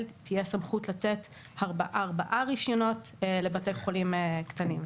תהיה סמכות לתת ארבעה רישיונות לבתי חולים קטנים.